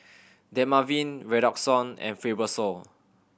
Dermaveen Redoxon and Fibrosol